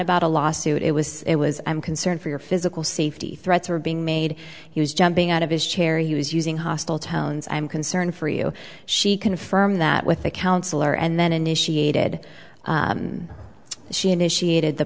about a lawsuit it was it was i'm concerned for your physical safety threats were being made he was jumping out of his chair he was using hostile tones i'm concerned for you she confirmed that with the counselor and then initiated and she initiated the